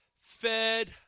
fed